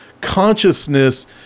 consciousness